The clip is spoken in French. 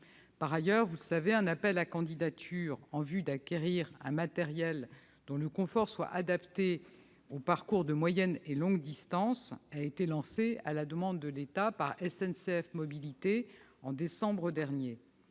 Par ailleurs, comme vous le savez, un appel à candidatures en vue d'acquérir un matériel au confort adapté aux parcours de moyenne et longue distances a été lancé à la demande de l'État par SNCF Mobilités en décembre dernier.